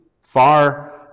far